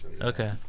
Okay